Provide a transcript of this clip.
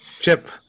Chip